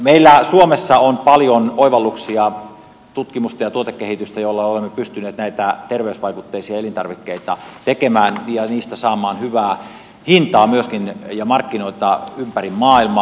meillä suomessa on paljon oivalluksia tutkimusta ja tuotekehitystä joilla olemme pystyneet näitä terveysvaikutteisia elintarvikkeita tekemään ja niistä saamaan hyvää hintaa myöskin ja markkinoita ympäri maailmaa